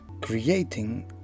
Creating